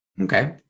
Okay